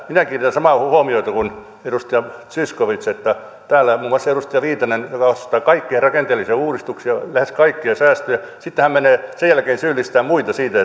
minä kiinnitän samaan huomiota kuin edustaja zyskowicz että täällä muun muassa edustaja viitanen joka vastustaa kaikkia rakenteellisia uudistuksia lähes kaikkia säästöjä menee sen jälkeen syyllistämään muita siitä